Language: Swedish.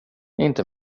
inte